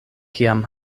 kiam